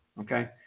Okay